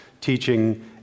teaching